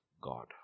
God